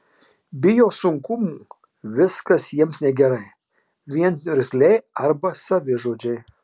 bijo sunkumų viskas jiems negerai vien niurzgliai arba savižudžiai